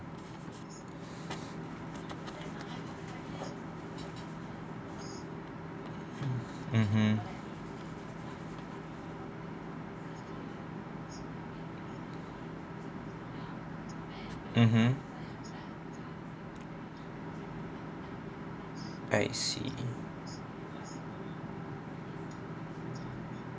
mmhmm mmhmm I see